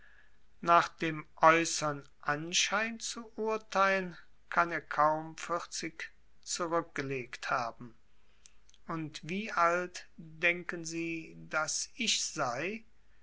nach dem äußern anschein zu urteilen kann er kaum vierzig zurückgelegt haben und wie alt denken sie daß ich sei